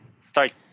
start